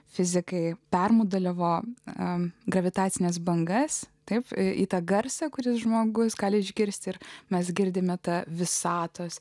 fizikai permoduliavo gravitacines bangas taip į tą garsą kuris žmogus gali išgirsti ir mes girdime tą visatos